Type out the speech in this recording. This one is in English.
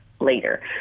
later